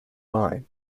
line